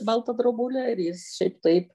baltą drobulę ir jis šiaip taip